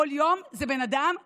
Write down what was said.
כל יום זה בן אדם שנופל,